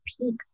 peak